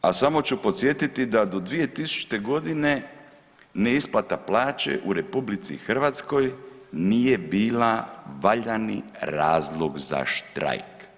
A samo ću podsjetiti da do 2000.g. neisplata plaće u RH nije bila valjani razlog za štrajk.